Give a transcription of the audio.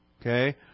okay